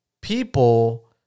people